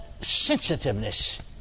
sensitiveness